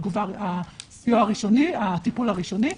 הטיפול הראשוני,